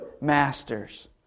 masters